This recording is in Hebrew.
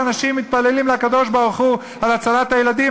שאנשים מתפללים לקדוש-ברוך-הוא להצלת הילדים,